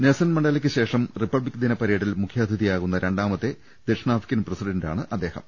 Nelson മണ്ടേലയ്ക്കു ശേഷം republic ദിന പ്രേഡിൽ മുഖ്യാതിഥിയാകുന്ന രണ്ടാമത്തെ ദക്ഷി ണാഫ്രിക്കൻ പ്രസിഡന്റാണ് അദ്ദേഹം